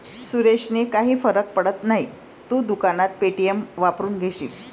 सुरेशने काही फरक पडत नाही, तू दुकानात पे.टी.एम वापरून घेशील